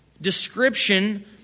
description